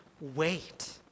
wait